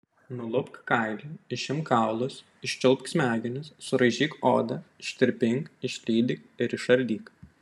nulupk kailį išimk kaulus iščiulpk smegenis suraižyk odą ištirpink išlydyk ir išardyk